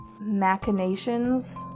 machinations